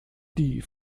die